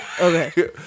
Okay